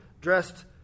dressed